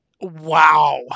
wow